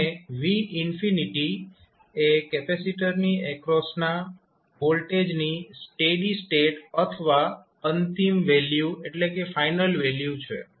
અને v એ કેપેસિટરની એક્રોસના વોલ્ટેજની સ્ટેડી સ્ટેટ અથવા અંતિમ વેલ્યુ છે